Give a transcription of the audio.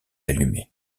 allumé